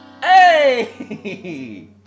Hey